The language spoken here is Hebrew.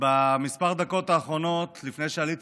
ובכמה הדקות האחרונות לפני שעליתי